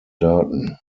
daten